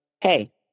hey